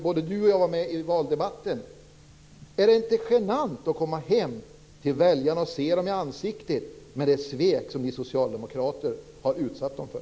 Både han och jag var med i valdebatten. Är det inte genant att komma hem till väljarna och se dem i ansiktet med det svek som ni socialdemokrater har utsatt dem för?